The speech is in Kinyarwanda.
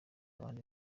abandi